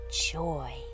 joy